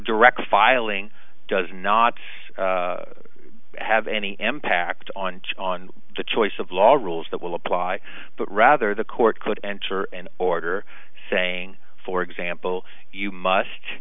direct filing does not have any impact on cho on the choice of law or rules that will apply but rather the court could enter an order saying for example you must